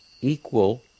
equal